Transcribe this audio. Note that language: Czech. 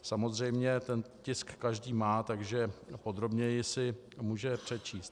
Samozřejmě, ten tisk každý má, takže podrobněji si může přečíst.